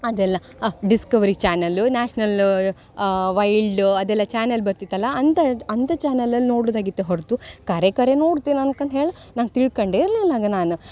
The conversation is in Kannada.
ಅದೆಲ್ಲ ಆ ಡಿಸ್ಕವರಿ ಚಾನಲ್ಲು ನ್ಯಾಷ್ನಲ್ ಆ ವೈಲ್ಡು ಅದೆಲ್ಲ ಚಾನಲ್ ಬರ್ತಿತ್ತಲ್ಲಾ ಅಂಥದ್ದು ಅಂಥ ಚಾನಲಲ್ಲಿ ನೋಡುದಾಗಿತ್ತೆ ಹೊರತು ಖರೆ ಖರೆ ನೋಡ್ತೀನಿ ಅನ್ಕಂಡು ಹೇಳಿ ನಾನು ತಿಳ್ಕೊಂಡೇ ಇರಲಿಲ್ಲ ಆಗ ನಾನು